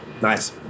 Nice